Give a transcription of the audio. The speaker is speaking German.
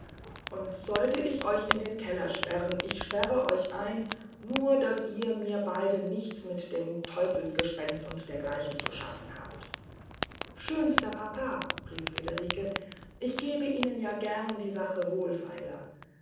und sollte ich euch in den keller sperren ich sperre euch ein nur daß ihr mir beide nichts mit dem teufelsgespenst und dergleichen zu schaffen habt schönster papa rief friederike ich gebe ihnen ja gern die sache wohlfeiler